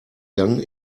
gang